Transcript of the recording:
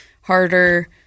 harder